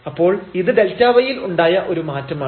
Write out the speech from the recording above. അപ്പോൾ ഇത് Δy ൽ ഉണ്ടായ ഒരു മാറ്റമാണ്